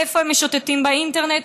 איפה הם משוטטים באינטרנט.